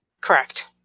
correct